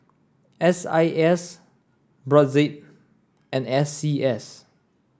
S I S Brotzeit and S C S